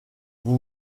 vous